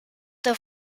the